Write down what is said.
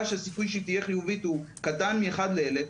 שהסיכוי שהיא תהיה חיובית הוא קטן מ-1 ל-1,000,